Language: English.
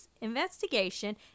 investigation